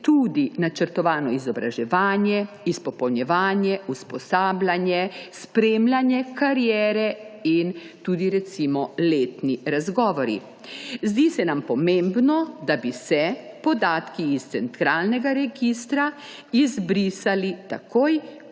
tudi načrtovano izobraževanje, izpopolnjevanje, usposabljanje, spremljanje kariere in recimo letni razgovori. Zdi se nam pomembno, da bi se podatki iz centralnega registra izbrisali takoj, ko